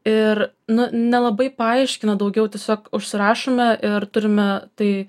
ir na nelabai paaiškina daugiau tiesiog užsirašome ir turime tai